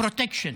הפרוטקשן,